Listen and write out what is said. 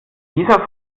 dieser